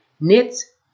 knits